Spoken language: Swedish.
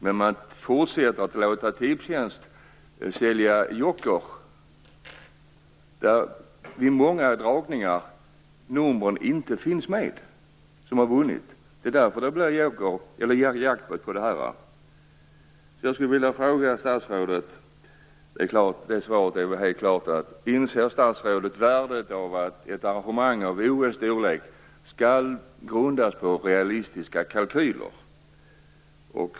Men man fortsätter att låta Tipstjänst sälja Joker, där vid många dragningar nummer som har vunnit inte finns med. Det är därför som det blir jackpot. Jag skulle vilja ställa en fråga till statsrådet, där svaret väl är helt klart: Inser statsrådet värdet av att ett arrangemang av OS storlek skall grundas på realistiska kalkyler?